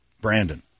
Brandon